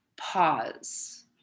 pause